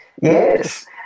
Yes